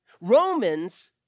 Romans